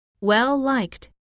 Well-liked